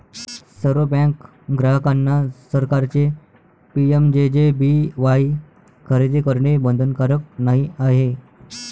सर्व बँक ग्राहकांना सरकारचे पी.एम.जे.जे.बी.वाई खरेदी करणे बंधनकारक नाही आहे